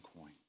coin